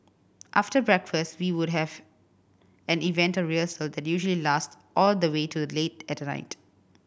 after breakfast we would have an event or rehearsal that usually last all the way to late at night